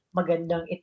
magandang